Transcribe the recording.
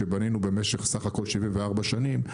שבנינו בסך הכול במשך 74 שנים,